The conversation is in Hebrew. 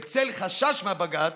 בצל חשש מהבג"ץ,